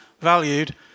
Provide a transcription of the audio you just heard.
valued